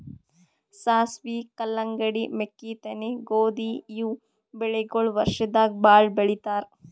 ಸಾಸ್ವಿ, ಕಲ್ಲಂಗಡಿ, ಮೆಕ್ಕಿತೆನಿ, ಗೋಧಿ ಇವ್ ಬೆಳಿಗೊಳ್ ವರ್ಷದಾಗ್ ಭಾಳ್ ಬೆಳಿತಾರ್